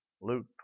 Luke